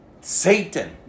Satan